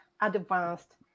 advanced